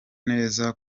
neza